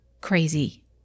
crazy